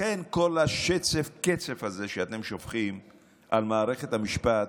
לכן כל השצף-קצף הזה שאתם שופכים על מערכת המשפט,